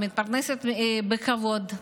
מתפרנסת בכבוד.